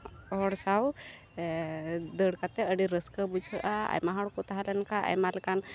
ᱦᱚᱲ ᱥᱟᱶ ᱫᱟᱹᱲ ᱠᱟᱛᱮᱫ ᱟᱹᱰᱤ ᱨᱟᱹᱥᱠᱟᱹ ᱵᱩᱡᱷᱟᱹᱜᱼᱟ ᱟᱭᱢᱟ ᱦᱚᱲ ᱠᱚ ᱛᱟᱦᱮᱸᱞᱮᱱ ᱠᱷᱟᱱ ᱟᱭᱢᱟ ᱞᱮᱠᱟᱱ